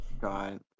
God